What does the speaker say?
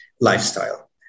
lifestyle